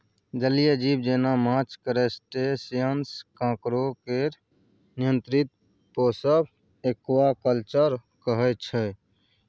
जलीय जीब जेना माछ, क्रस्टेशियंस, काँकोर केर नियंत्रित पोसब एक्वाकल्चर कहय छै